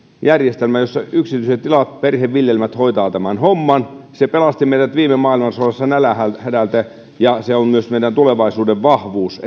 järjestelmä jossa yksityiset tilat ja perheviljelmät hoitavat tämän homman se pelasti meidät viime maailmansodassa nälänhädältä ja se on myös meidän tulevaisuuden vahvuus